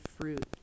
fruit